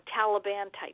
Taliban-type